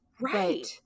right